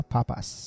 Papas